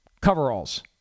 coveralls